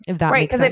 right